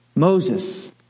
Moses